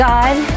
God